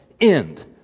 end